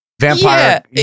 vampire